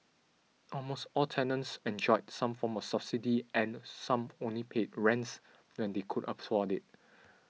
almost all tenants enjoyed some form of subsidy and some only paid rents when they could afford it